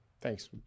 thanks